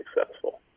successful